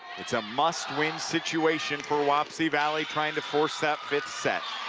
it's a must-win situation for wapsie valley, trying to force that fifth set